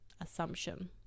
Assumption